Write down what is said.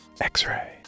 X-Ray